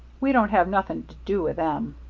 we don't have nothing to do with them.